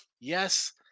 yes